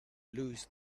lose